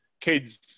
kids